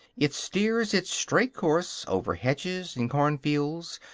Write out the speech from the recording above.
it steers its straight course, over hedges and cornfields,